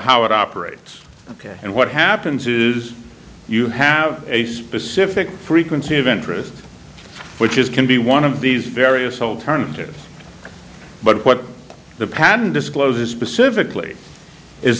how it operates ok and what happens is you have a specific frequency of interest which is can be one of these various alternatives but what the pattern discloses specifically is